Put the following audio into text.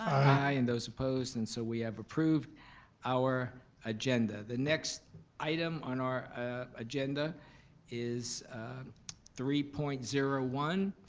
i and those opposed, and so we have approved our agenda. the next item on our agenda is three point zero one,